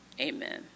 Amen